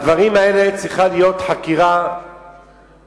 בדברים האלה צריכה להיות חקירה חיצונית,